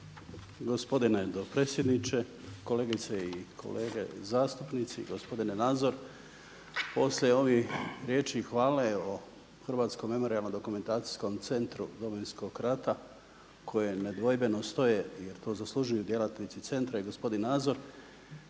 Gospodine dopredsjedniče, kolegice i kolege zastupnice, gospodine Nazor. Poslije ovih riječi hvale o Hrvatskom memorijalno-dokumentacijskom centru Domovinskog rata koje nedvojbeno stoje jer to zaslužuju djelatnici centra i gospodin Nazor,